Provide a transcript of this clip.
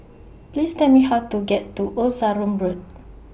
Please Tell Me How to get to Old Sarum Road